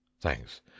thanks